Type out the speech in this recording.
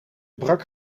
brak